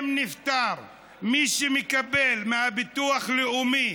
אם נפטר מי שמקבל מהביטוח הלאומי